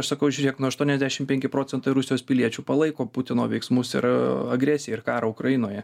aš sakau žiūrėk nu aštuoniasdešim penki procentai rusijos piliečių palaiko putino veiksmus ir agresiją ir karą ukrainoje